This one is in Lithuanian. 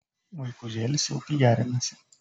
vaikužėlis jau pijarinasi